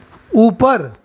ऊपर